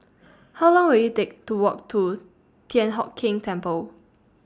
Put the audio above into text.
How Long Will IT Take to Walk to Thian Hock Keng Temple